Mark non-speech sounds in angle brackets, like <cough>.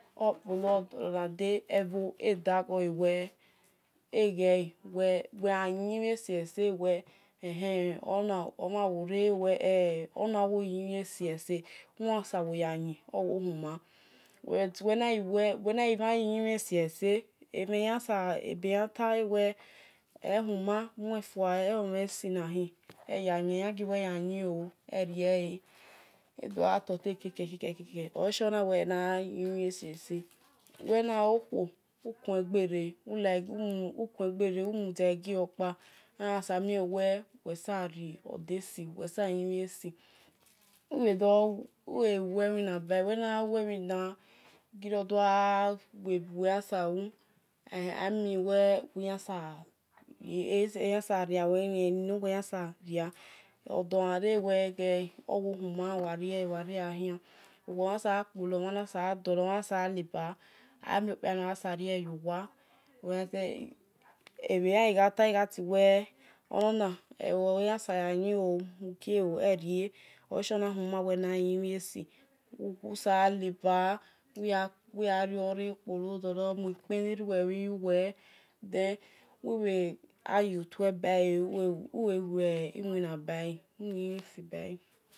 <hesitation> ramude ebho eda gho le, uwe gha yin-uyin mhen esi ese ewe-ehen omha gha wore-ewe ona owo huma uwe oyan saboya yin but uwe mhan yin-uyin mhin esi, ebe yan ta ewe sowo ehuna uwi yan sabo ya yin eyon gui we ya-yin oo erie le edo-gha to-ta eke-ke, ke ke olashie ena we na gha yin ese uwe nagho-okhua ukhuen e egbe re ra-na mien uwe sabo bhion odo esi uwi bhe lue iwina bahe <hesitation> eni nowe yansa boria odo-gha ra ewe rie-le owo-human uwi sabo kpolo, uwi sabo leba uwi khian miokpi no ya sabo riele yowa ebe yan ghi gha ta-ewe onona yan sabor yin oo erie-le yowa mukie oo erie oleshie anawe gha yin uyin mhin esi uwe ghario me uwi kpolo mue kpe ni abhi iyuwe ubhe-gha yo tue bale, ubhe lue lwina bale.